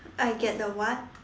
I get the what